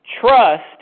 Trust